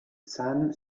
sun